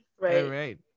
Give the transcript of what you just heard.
Right